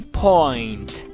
point